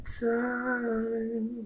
time